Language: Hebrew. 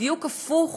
בדיוק הפוך